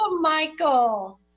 Michael